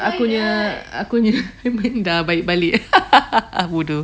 akunya akunya benda baik balik bodoh